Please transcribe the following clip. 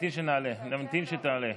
נמתין שתעלה,